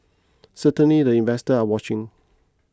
certainly the investors are watching